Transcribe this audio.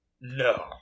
No